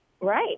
Right